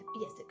yes